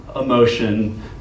emotion